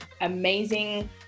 amazing